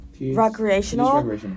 Recreational